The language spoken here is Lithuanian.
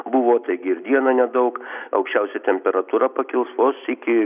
buvo taigi ir dieną nedaug aukščiausia temperatūra pakils vos iki